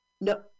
No